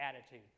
attitude